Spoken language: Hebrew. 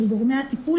של גורמי הטיפול,